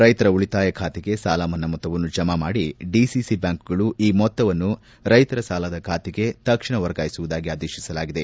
ರೈತರ ಉಳಿತಾಯ ಖಾತೆಗೆ ಸಾಲ ಮನ್ನಾ ಮೊತ್ತವನ್ನು ಜಮಾ ಮಾಡಿ ಡಿಸಿಸಿ ಬ್ಬಾಂಕ್ಗಳು ಈ ಮೊತ್ತವನ್ನು ರೈತರ ಸಾಲದ ಖಾತೆಗೆ ತಕ್ಷಣ ವರ್ಗಾಯಿಸುವುದಾಗಿ ಆದೇಶಿಸಲಾಗಿದೆ